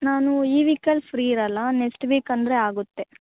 ನಾನು ಈ ವೀಕಲ್ಲಿ ಫ್ರೀ ಇರಲ್ಲ ನೆಕ್ಸ್ಟ್ ವೀಕ್ ಅಂದರೆ ಆಗುತ್ತೆ